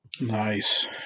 Nice